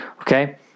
Okay